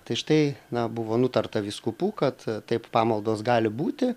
tai štai na buvo nutarta vyskupų kad taip pamaldos gali būti